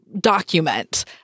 document